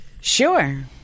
Sure